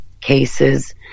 Cases